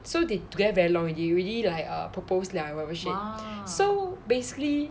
so they together very long already like err proposed 了 or whatever shit so basically